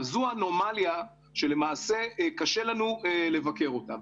זו אנומליה שלמעשה קשה לנו לבקר אותה.